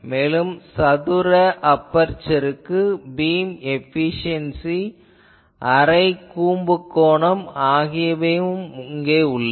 மேலும் சதுர அபெர்சருக்கு பீம் ஏபிசியென்சி அரை கூம்புக் கோணம் ஆகியவையும் உள்ளன